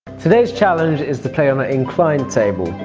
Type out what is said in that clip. today's challenge is to play on an inclined table.